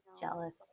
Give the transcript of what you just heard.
Jealous